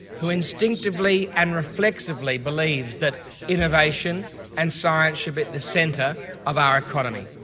who instinctively and reflexively believes that innovation and science should be at the centre of our economy.